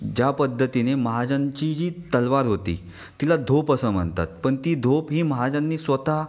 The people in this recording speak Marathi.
ज्या पद्धतीने महाजांची जी तलवार होती तिला धोप असं म्हणतात पण ती धोप ही महाजांनी स्वतः